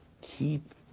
keep